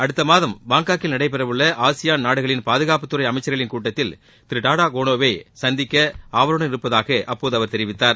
அடுத்தமாதம் பாங்காக்கில் நடைபெறவுள்ள ஆசியான் நாடுகளின் பாதுகாப்புத்துறை அமைச்சர்களின் கூட்டத்தில் திரு டாரா கோனோவை சந்திக்க ஆவலுடன் இருப்பதாக அப்போது அவர் தெரிவித்தார்